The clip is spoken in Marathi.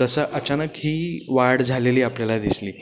तसं अचानक ही वाढ झालेली आपल्याला दिसली